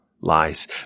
lies